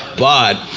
but,